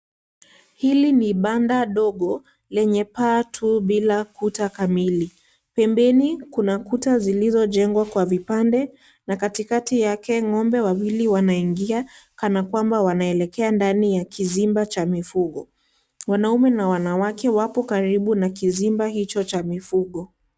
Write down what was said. Hili ni banda dogo, lenye paa tu bila kuta kamili. Pembeni, kuna kuta zilizojengwa kwa vipande na katikati yake, ngombe wavili wanaingia kana kwamba wanaelekea ndani ya kizimba cha mifugo. Wanaume na wanawake wapo karibu na kizimba hicho cha mifugo.